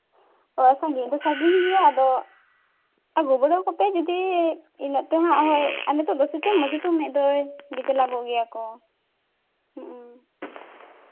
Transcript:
ᱚᱸᱻ ᱥᱟᱺᱜᱤᱧ ᱫᱚ ᱥᱟᱺᱜᱤᱧ ᱜᱮᱭᱟ ᱟᱫᱚ ᱟᱹᱜᱩ ᱵᱚᱞᱚ ᱠᱚᱯᱮ ᱡᱩᱫᱤ ᱤᱱᱟᱹᱜ ᱛᱮᱦᱟᱸᱜ ᱦᱳᱭ ᱟᱨ ᱱᱤᱛᱚᱜ ᱫᱚ ᱥᱮᱛᱳᱝ ᱦᱚᱸ ᱥᱮᱛᱳᱝ ᱮᱜ ᱫᱚᱭ ᱜᱮᱡᱽᱞᱟ ᱜᱚᱜ ᱜᱮᱭᱟ ᱠᱚ ᱦᱮᱸ